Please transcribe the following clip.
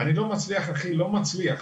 אני לא מצליח, לא מצליח.